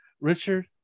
richard